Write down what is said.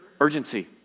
Urgency